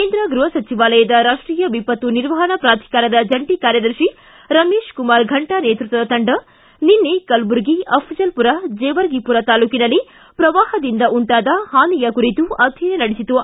ಕೇಂದ್ರ ಗೃಹ ಸಚಿವಾಲಯದ ರಾಷ್ಟೀಯ ವಿಪತ್ತು ನಿರ್ವಹಣಾ ಪ್ರಾಧಿಕಾರದ ಜಂಟಿ ಕಾರ್ಯದರ್ಶಿ ರಮೇಶ್ ಕುಮಾರ್ ಫಂಟಾ ನೇತೃತ್ವದ ತಂಡ ನಿನ್ನೆ ಕಲಬುರಗಿ ಅಪ್ಟಲ್ಪುರ ಜೇವರ್ಗಿಪುರ ತಾಲೂಕಿನಲ್ಲಿ ಶ್ರವಾಹದಿಂದ ಉಂಟಾದ ಹಾನಿಯ ಕುರಿತು ಅಧ್ಯಯನ ನಡೆಸಿತು